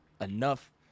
enough